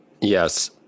Yes